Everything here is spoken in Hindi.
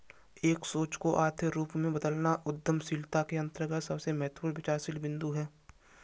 एक सोच को आर्थिक रूप में बदलना उद्यमशीलता के अंतर्गत सबसे महत्वपूर्ण विचारशील बिन्दु हैं